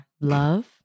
Love